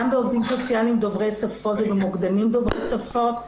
גם בעובדים סוציאליים דוברי שפות וגם במוקדנים דוברי שפות,